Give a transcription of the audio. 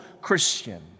Christian